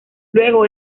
luego